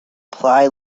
ply